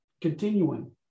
Continuing